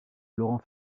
laurent